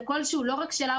זה קול שהוא לא רק שלה,